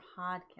podcast